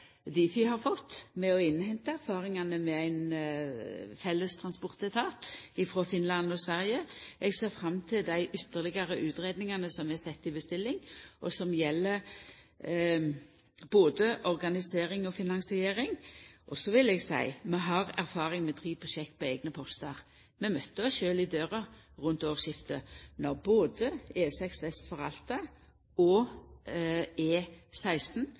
Difi har fått med å innhenta erfaringane frå Finland og Sverige med ein felles transportetat. Eg ser fram til dei ytterlegare utgreiingane som er sett i bestilling, som gjeld både organisering og finansiering. Så vil eg seia: Vi har erfaring med tre prosjekt på eigne postar. Men vi møtte oss sjølve i døra rundt årsskiftet med både E6 vest for Alta og